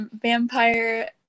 vampire